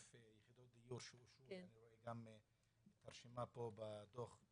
יחידות דיור שברשימה פה, בדוח,